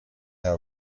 are